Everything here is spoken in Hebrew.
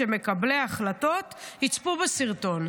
שמקבלי ההחלטות יצפו בסרטון.